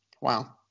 wow